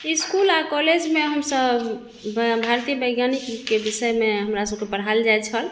इसकुल आओर कॉलेजमे हम सभ भारतीय वैज्ञानिकके विषयमे हमरा सभके पढ़ायल जाइ छल